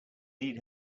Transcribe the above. need